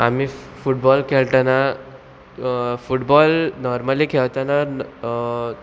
आमी फुटबॉल खेळटना football normally खेळतना